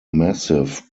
massive